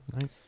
Nice